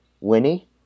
Winnie